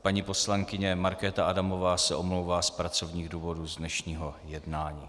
Paní poslankyně Markéta Adamová se omlouvá z pracovních důvodů z dnešního jednání.